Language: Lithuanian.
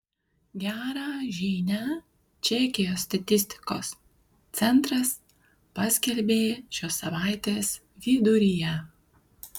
gerą žinią čekijos statistikos centras paskelbė šios savaitės viduryje